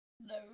No